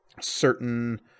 certain